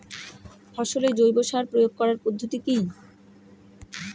ফসলে জৈব সার প্রয়োগ করার পদ্ধতি কি?